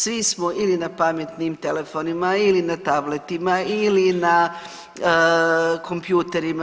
Svi smo ili na pametnim telefonima ili na tabletima ili na kompjuterima.